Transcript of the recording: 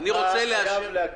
אתה חייב להגביל.